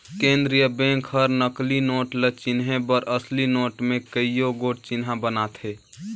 केंद्रीय बेंक हर नकली नोट ल चिनहे बर असली नोट में कइयो गोट चिन्हा बनाथे